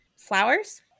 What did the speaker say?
Flowers